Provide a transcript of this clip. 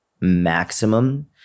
maximum